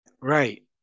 Right